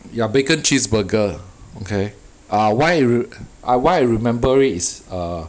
ya bacon cheeseburger okay ah why r~ why I remember is err